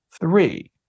three